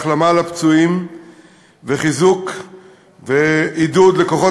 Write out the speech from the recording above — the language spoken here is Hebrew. החלמה לפצועים וחיזוק ועידוד לכוחות